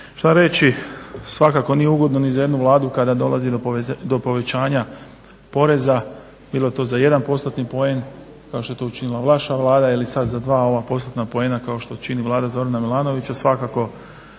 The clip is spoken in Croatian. Šta reći, svakako nije ugodno ni za jednu Vladu kada dolazi do povećanja poreza, bilo to za jedan postotni poen, kao što je to učinila vaša Vlada, ili sad za dva ova postotna poena kao što čini Vlada Zorana Milanovića, svakako